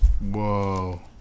Whoa